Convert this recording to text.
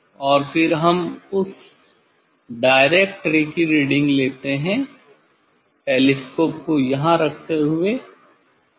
और फिर हम उस डायरेक्ट रे की रीडिंग लेते हैं टेलीस्कोप को यहाँ रखते हुए